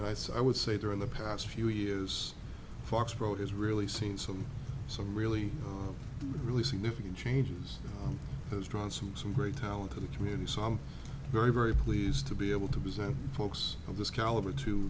and i so i would say during the past few years foxboro is really seen some some really really significant changes has drawn some some great talent to the community so i'm very very pleased to be able to present folks of this caliber to